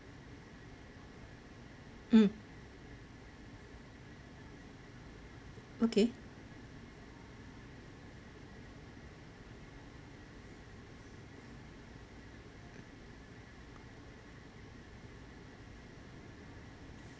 mm okay